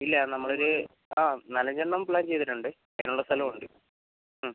ഇല്ലാ നമ്മളൊരു ആ നാലഞ്ച് എണ്ണം പ്ലാൻ ചെയ്തിട്ട് ഇണ്ട് അയിനുള്ള സ്ഥലവും ഇണ്ട്